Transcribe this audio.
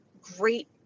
great